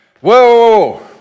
Whoa